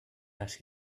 las